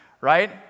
right